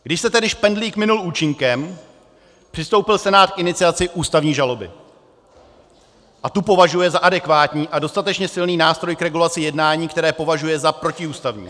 Když se tedy špendlík minul účinkem, přistoupil Senát k iniciaci ústavní žaloby a tu považuje za adekvátní a dostatečně silný nástroj k regulaci jednání, které považuje za protiústavní.